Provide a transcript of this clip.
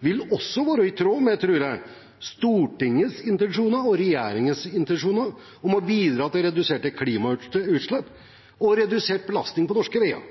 vil også, tror jeg, være i tråd med Stortingets og regjeringens intensjoner om å bidra til reduserte klimautslipp og redusert belastning på norske veier.